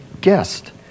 guest